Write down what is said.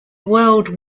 world